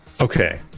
Okay